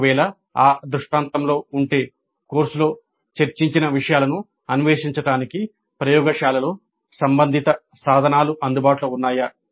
ఒకవేళ ఆ దృష్టాంతంలో ఉంటే "కోర్సులో చర్చించిన విషయాలను అన్వేషించడానికి ప్రయోగశాలలలో సంబంధిత సాధనాలు అందుబాటులో ఉన్నాయా